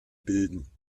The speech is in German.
bilden